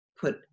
put